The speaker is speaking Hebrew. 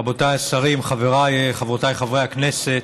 רבותיי השרים, חבריי וחברותיי חברי הכנסת,